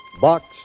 Box